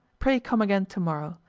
pray come again to-morrow.